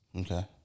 Okay